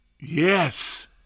Yes